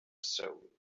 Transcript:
souls